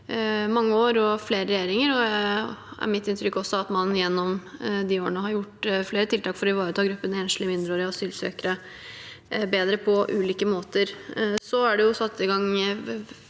mange år og flere regjeringer. Det er mitt inntrykk at man gjennom de årene har gjort flere tiltak for å ivareta gruppen enslige mindreårige asylsøkere bedre, på ulike måter. Det er også bare